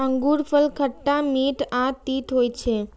अंगूरफल खट्टा, मीठ आ तीत होइ छै